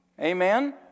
amen